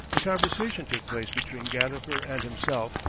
a conversation took place between gadifer and himself,